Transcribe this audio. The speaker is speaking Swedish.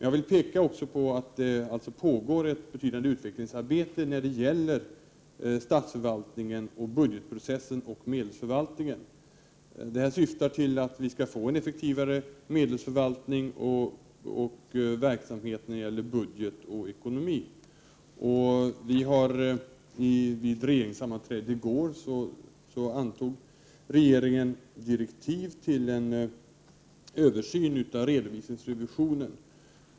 Jag vill peka på att det pågår ett betydande utvecklingsarbete inom statsförvaltningen när det gäller budgetprocessen och medelsförvaltningen. Detta syftar till att vi skall få en effektivare medelsförvaltning och verksamhet när det gäller budget och ekonomi. Vid ett regeringssammanträde i går antog regeringen direktiv till en översyn av redovisningsrevisionen.